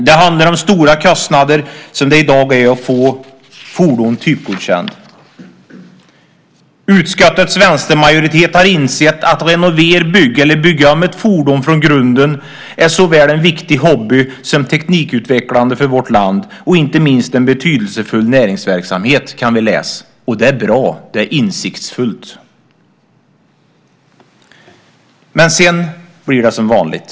Det handlar om de stora kostnaderna för att i dag få fordon typgodkända. Utskottets vänstermajoritet har insett att, kan vi läsa, att renovera, bygga om eller bygga ett fordon från grunden är såväl en viktig hobby som teknikutvecklande för vårt land och inte minst en betydelsefull näringsverksamhet. Det är bra. Det är insiktsfullt. Men sedan blir det som vanligt.